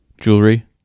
jewelry